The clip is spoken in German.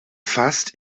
fast